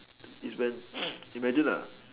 is when imagine lah